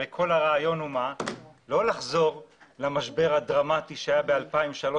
הרי כל הרעיון הוא לא לחזור למשבר הדרמטי שהתרחש ב-2003